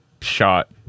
shot